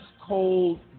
cold